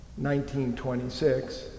1926